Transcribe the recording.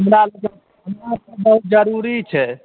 जरुरी छै